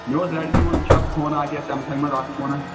مےٚ اوس ریڈمی منٛز وٕچھان فون اَکھ سیمسنٛگ منٛز اَکھ فوناہ